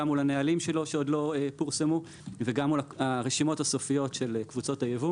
גם מול הנהלים שלו שעוד לא פורסמו וגם הרשימות הסופיות של קבוצות הייבוא